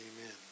Amen